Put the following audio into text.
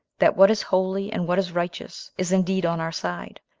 that what is holy, and what is righteous, is indeed on our side,